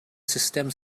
sustem